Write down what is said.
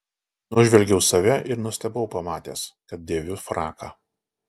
nužvelgiau save ir nustebau pamatęs kad dėviu fraką